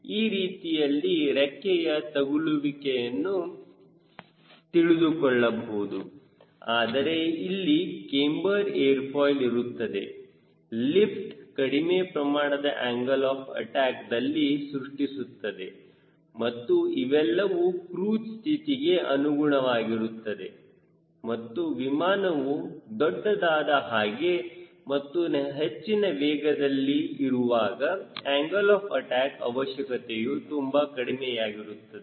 ಈ ರೀತಿಯಲ್ಲಿ ರೆಕ್ಕೆಯ ತಗಲುವಿಕೆಯನ್ನು ತಿಳಿದುಕೊಳ್ಳಬಹುದು ಆದರೆ ಇಲ್ಲಿ ಕ್ಯಾಮ್ಬರ್ ಏರ್ ಫಾಯ್ಲ್ ಇರುತ್ತವೆ ಲಿಫ್ಟ್ ಕಡಿಮೆ ಪ್ರಮಾಣದ ಆಂಗಲ್ ಆಫ್ ಅಟ್ಯಾಕ್ ದಲ್ಲಿ ಸೃಷ್ಟಿಸುತ್ತದೆ ಮತ್ತು ಇವೆಲ್ಲವೂ ಕ್ರೂಜ್ ಸ್ಥಿತಿಗೆ ಅನುಗುಣವಾಗಿರುತ್ತದೆ ಮತ್ತು ವಿಮಾನವು ದೊಡ್ಡದಾದ ಹಾಗೆ ಮತ್ತು ಹೆಚ್ಚಿನ ವೇಗದಲ್ಲಿ ಇರುವಾಗ ಆಂಗಲ್ ಆಫ್ ಅಟ್ಯಾಕ್ ಅವಶ್ಯಕತೆಯು ತುಂಬಾ ಕಡಿಮೆಯಾಗಿರುತ್ತದೆ